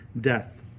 death